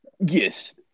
Yes